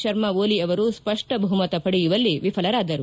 ಶರ್ಮ ಓಲಿ ಅವರು ಸ್ಪಷ್ಟ ಬಹುಮತ ಪಡೆಯುವಲ್ಲಿ ವಿಫಲರಾದರು